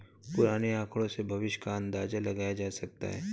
पुराने आकड़ों से भविष्य का अंदाजा लगाया जा सकता है